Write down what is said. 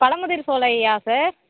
பழமுதிர்சோலையா sir